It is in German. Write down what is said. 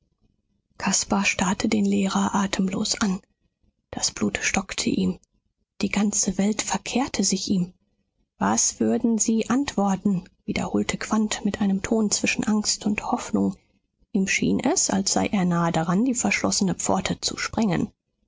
caspar starrte den lehrer atemlos an das blut stockte ihm die ganze welt verkehrte sich ihm was würden sie antworten wiederholte quandt mit einem ton zwischen angst und hoffnung ihm schien es als sei er nahe daran die verschlossene pforte zu sprengen